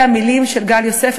אלה המילים של גל יוסף,